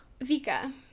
Vika